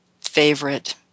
favorite